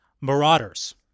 Marauders